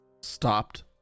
stopped